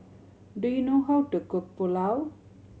do you know how to cook Pulao